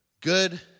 Good